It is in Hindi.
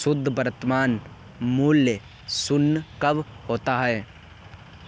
शुद्ध वर्तमान मूल्य शून्य कब होता है?